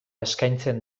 eskaintzen